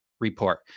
Report